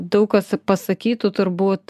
daug kas pasakytų turbūt